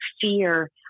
fear